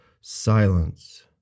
Silence